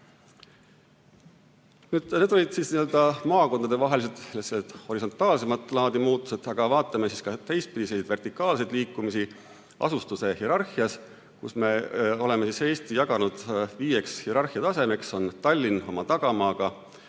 Need olid maakondadevahelised horisontaalsemat laadi muudatused, aga vaatame ka teistpidiseid, vertikaalseid liikumisi asustuse hierarhias. Me oleme Eesti jaganud viieks hierarhiatasemeks: Tallinn oma tagamaaga,